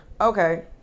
okay